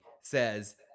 says